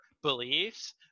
beliefs